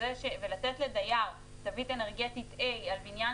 ולתת לדייר תווית אנרגטית A על בניין